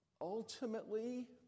ultimately